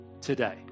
Today